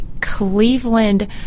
Cleveland